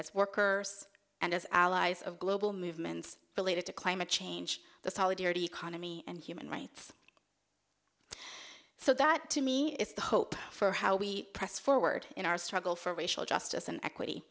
as workers and as allies of global movements related to climate change the solidarity economy and human rights so that to me is the hope for how we press forward in our struggle for racial justice and equity